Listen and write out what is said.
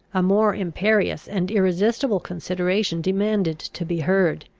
a more imperious and irresistible consideration demanded to be heard.